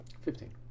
Fifteen